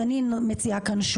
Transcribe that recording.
אז אני מציעה כאן,